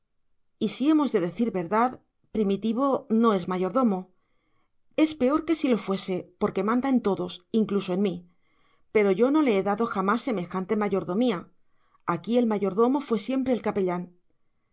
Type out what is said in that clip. y si hemos de decir verdad primitivo no es mayordomo es peor que si lo fuese porque manda en todos incluso en mí pero yo no le he dado jamás semejante mayordomía aquí el mayordomo fue siempre el capellán